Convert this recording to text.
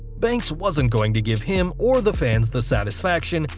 banks wasn't going to give him or the fans the satisfaction,